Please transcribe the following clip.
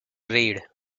read